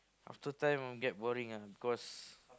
after time get boring ah because